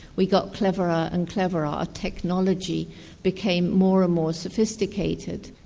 we got cleverer and cleverer. our technology became more and more sophisticated.